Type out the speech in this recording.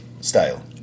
style